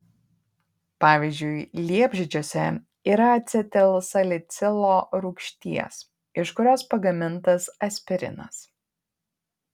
pavyzdžiui liepžiedžiuose yra acetilsalicilo rūgšties iš kurios pagamintas aspirinas